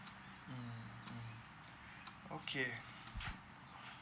mm mm okay